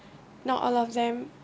not all of them